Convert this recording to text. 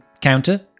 counter